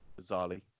bizarrely